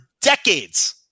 decades